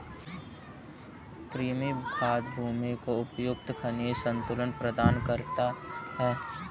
कृमि खाद भूमि को उपयुक्त खनिज संतुलन प्रदान करता है